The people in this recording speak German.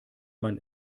man